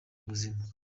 ubuzima